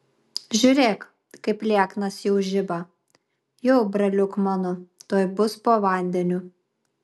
žiūrėk kaip lieknas jau žiba jau braliuk mano tuoj bus po vandeniu